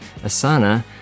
Asana